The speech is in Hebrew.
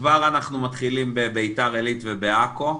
כבר אנחנו מתחילים בביתר עילית ובעכו,